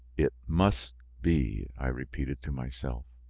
it must be, i repeated to myself.